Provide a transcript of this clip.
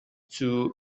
zur